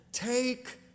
Take